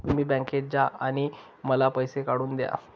तुम्ही बँकेत जा आणि मला पैसे काढून दया